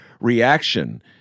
reaction